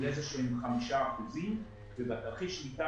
של חמישה אחוזים ובתרחיש שליטה,